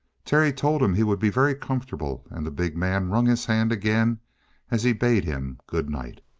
terry told him he would be very comfortable, and the big man wrung his hand again as he bade him good night.